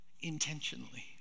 Intentionally